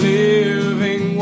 living